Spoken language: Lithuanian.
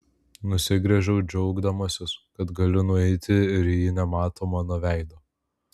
nusigręžiu džiaugdamasis kad galiu nueiti ir ji nemato mano veido